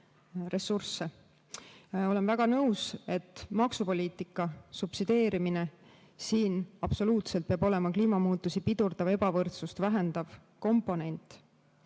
Olen väga nõus, et maksupoliitika, subsideerimine peab olema kliimamuutusi pidurdav ja ebavõrdsust vähendav komponent.